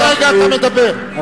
עוד רגע אתה מדבר.